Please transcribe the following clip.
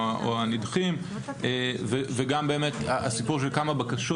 הנדחים וגם באמת הסיפור של כמה בקשות